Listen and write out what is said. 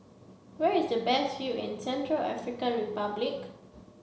where is the best view in Central African Republic